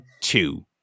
two